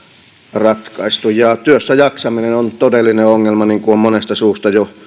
ratkaistu työssäjaksaminen on todellinen ongelma niin kuin on monesta suusta jo